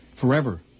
forever